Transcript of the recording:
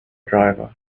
driver